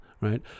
right